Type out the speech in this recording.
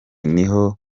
niho